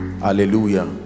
hallelujah